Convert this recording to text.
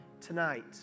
tonight